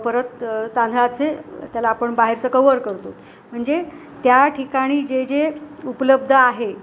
परत तांदळाचे त्याला आपण बाहेरचं कव्हर करतो म्हणजे त्या ठिकाणी जे जे उपलब्ध आहे